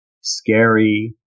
scary